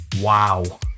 Wow